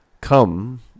come